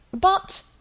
But—